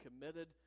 committed